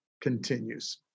continues